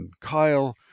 Kyle